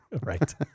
Right